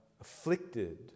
afflicted